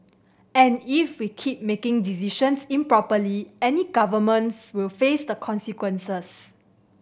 and if we keep making decisions improperly any government will face the consequences